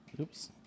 Oops